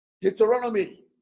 Deuteronomy